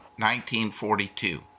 1942